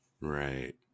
Right